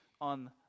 on